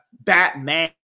Batman